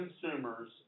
consumers